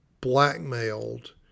blackmailed